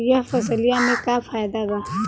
यह फसलिया में का फायदा बा?